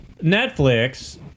Netflix